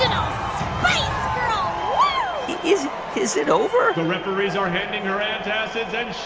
um is is it over? the referees are handing her antacids, and